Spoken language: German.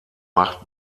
macht